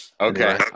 Okay